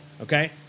okay